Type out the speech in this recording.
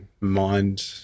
Mind